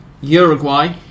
Uruguay